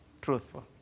truthful